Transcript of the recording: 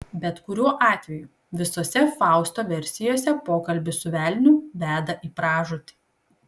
bet kuriuo atveju visose fausto versijose pokalbis su velniu veda į pražūtį